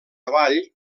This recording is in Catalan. avall